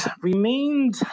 remained